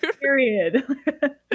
period